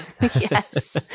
Yes